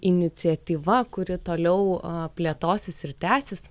iniciatyva kuri toliau plėtosis ir tęsis